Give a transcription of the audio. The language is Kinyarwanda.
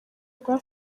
rwa